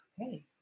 Okay